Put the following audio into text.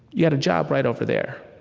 you've got a job right over there.